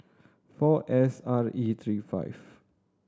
four S R E three five